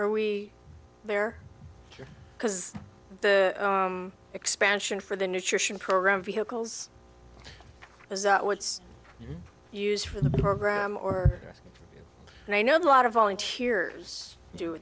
are we there because the expansion for the nutrition program vehicles is what's used for the program or and i know a lot of volunteers do